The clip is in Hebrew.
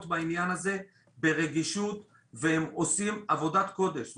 בעניין הזה ברגישות והם עושים עבודת קודש.